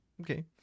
Okay